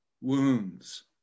wounds